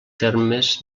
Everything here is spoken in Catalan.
termes